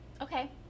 Okay